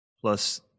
plus